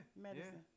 Medicine